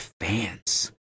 fans